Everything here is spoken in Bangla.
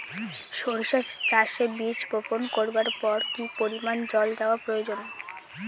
সরিষা চাষে বীজ বপন করবার পর কি পরিমাণ জল দেওয়া প্রয়োজন?